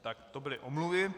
Tak to byly omluvy.